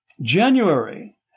January